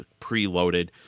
preloaded